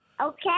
Okay